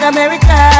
America